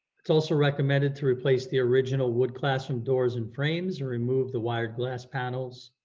it's also recommended to replace the original wood classroom doors and frames or remove the wired glass panels.